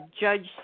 judge